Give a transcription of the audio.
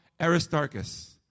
Aristarchus